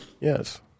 Yes